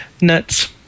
nuts